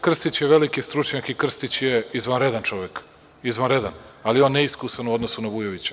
Krstić je veliki stručnjak i Krstić je izvanredan čovek, ali je on neiskusan u odnosu na Vujovića.